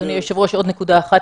אדוני היושב-ראש עוד נקודה אחת,